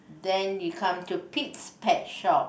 then it comes to Pete's pet shop